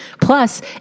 Plus